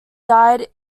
died